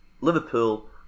Liverpool